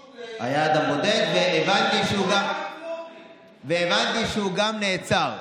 זה חשוב, היה אדם בודד, והבנתי שהוא גם נעצר,